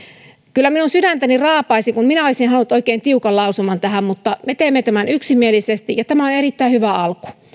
kyllä minun sydäntäni raapaisi kun minä olisin halunnut oikein tiukan lausuman tähän mutta me teemme tämän yksimielisesti ja tämä on erittäin hyvä alku